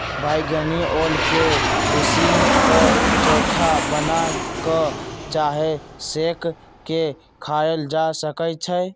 बइगनी ओल के उसीन क, चोखा बना कऽ चाहे सेंक के खायल जा सकइ छै